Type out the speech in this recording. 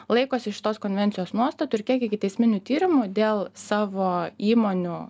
laikosi šitos konvencijos nuostatų ir kiek ikiteisminių tyrimų dėl savo įmonių